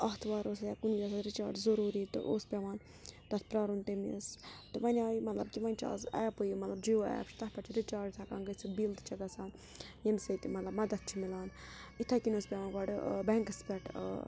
آتھوار ٲس یا کُنہِ وِزِ آسان رِچارٕج ضُروٗری تہٕ اوس پٮ۪وان تَتھ پرٛارُن تٔمِس تہٕ وَنہِ آیہِ مطلب کہِ وۄنۍ چھِ اَز ایپٕے یہِ مطلب جیو ایپ چھِ تَتھ پٮ۪ٹھ چھِ رِچارٕج ہٮ۪کان گٔژھِتھ بِل تہِ چھِ گژھان ییٚمہِ سۭتۍ مطلب مَدَتھ چھُ مِلان یِتھے کٔنۍ اوس پٮ۪وان گۄڈٕ بینٛکَس پٮ۪ٹھ